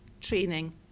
training